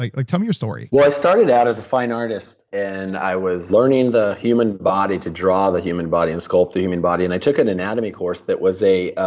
like like tell me your story yeah. i started out as a fine artist, and i was learning the human body, to draw the human body and sculpt the human body. and i took an anatomy course that was a.